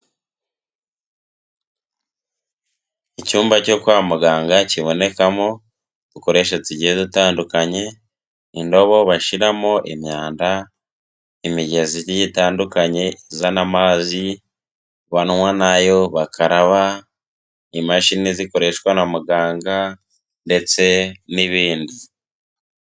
Icyumba cyo kwa muganga kibonekamo udukoresho tugiye utandukanye, indobo bashiramo imyanda, imigezi igiye itandukanye izana amazi banywa n'ayo bakaraba, imashini zikoreshwa na muganga ndetse n'ibindi.